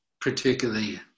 particularly